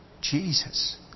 Jesus